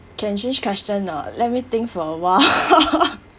can change question or not let me think for a while